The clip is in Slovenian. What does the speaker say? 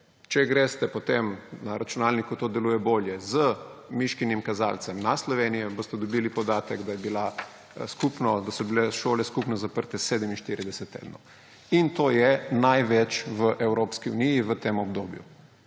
Če greste potem, na računalniku to deluje bolje, z miškinim kazalcem na Slovenijo, boste dobili podatek, da so bile šole skupno zaprte 47 tednov. In to je največ v Evropski uniji v tem obdobju.